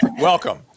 welcome